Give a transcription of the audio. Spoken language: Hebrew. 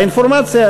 והאינפורמציה,